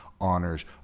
honors